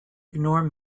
ignore